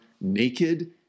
naked